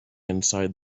inside